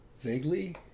Vaguely